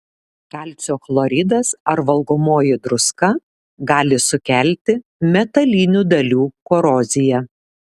kalcio chloridas ar valgomoji druska gali sukelti metalinių dalių koroziją